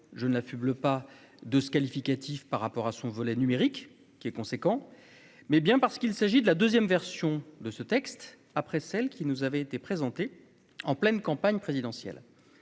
je ne l'affublent pas de ce qualificatif par rapport à son volet numérique qui est conséquent, mais bien parce qu'il s'agit de la 2ème version de ce texte après celle qui nous avait été présenté en pleine campagne présidentielle